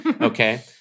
Okay